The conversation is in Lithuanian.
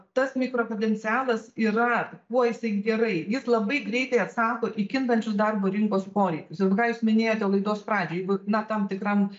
tas mikro kredencialas yra kuo jisai gerai jis labai greitai atsako į kintančius darbo rinkos poreikius ir ką jūs minėjote laidos pradžioj jeigu na tam tikram